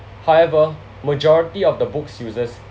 however majority of the book's users